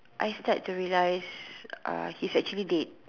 I start to realise uh he's actually dead